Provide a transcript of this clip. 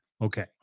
Okay